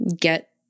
get